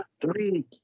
three